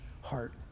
heart